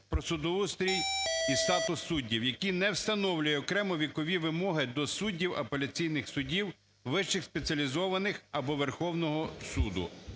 "Про судоустрій і статус суддів", який не встановлює окремо вікові вимоги до суддів апеляційних судів, вищих спеціалізованих або Верховного Суду.